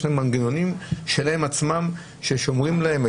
יש להן מנגנונים שלהן עצמן ששומרים להם,